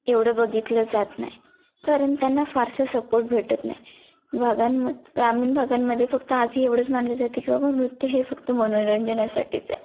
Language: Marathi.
एवढं बघितलं जात नाही कारण त्यांना फारसा सपोर्ट भेटत नाही भागांम ग्रामीण भागांमध्ये फक्त आधी एवढंच मानलं जाते की बाबा नृत्य हे फक्त मनोरंजनासाठीच आहे